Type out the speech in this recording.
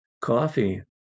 coffee